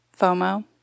FOMO